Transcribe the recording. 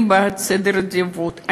אני בעד סדר עדיפות,